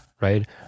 Right